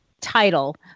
title